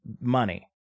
money